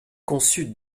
conçut